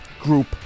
group